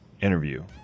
interview